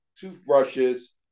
toothbrushes